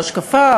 השקפה,